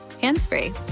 hands-free